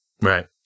Right